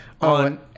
on